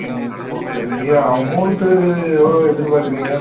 ம் ஓகே நீங்கள் அமௌண்ட்டு எவ்வளோ எதிர்பார்க்குறீங்க